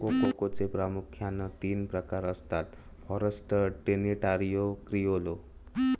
कोकोचे प्रामुख्यान तीन प्रकार आसत, फॉरस्टर, ट्रिनिटारियो, क्रिओलो